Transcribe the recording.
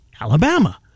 Alabama